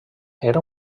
era